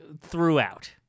throughout